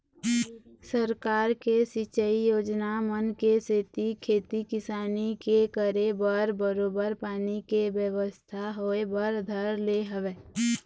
सरकार के सिंचई योजना मन के सेती खेती किसानी के करे बर बरोबर पानी के बेवस्था होय बर धर ले हवय